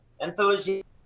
enthusiasm